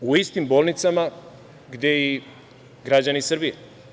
U istim bolnicama gde i građani Srbije.